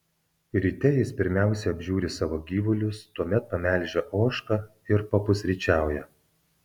ryte jis pirmiausia apžiūri savo gyvulius tuomet pamelžia ožką ir papusryčiauja